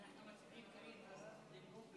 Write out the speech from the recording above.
כבוד היושבת-ראש, מה